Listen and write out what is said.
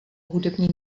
hudební